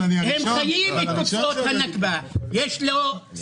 אני אומרת שדין עמותת "עד כאן" זהה לעמותות